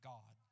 God